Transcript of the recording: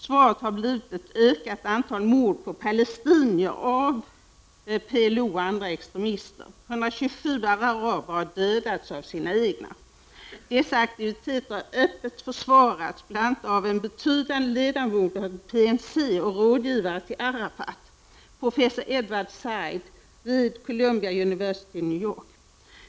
Svaret har blivit ett ökat antal mord på palestininer av PLO och andra extremister. 127 araber har dödats av sina egna. Dessa aktiviteter har öppet försvarats bl.a. av en betydande ledamot av PNC som är rådgivare till Arafat, professor Edward Said vid Columbia University i New York.